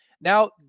Now